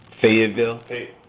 Fayetteville